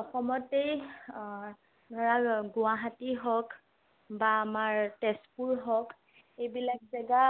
অসমতেই ধৰা গুৱাহাটী হওক বা আমাৰ তেজপুৰ হওক এইবিলাক জাগা